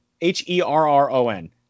h-e-r-r-o-n